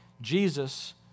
Jesus